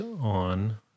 on